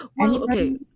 okay